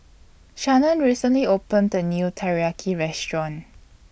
Shannen recently opened A New Teriyaki Restaurant